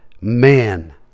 man